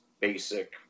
basic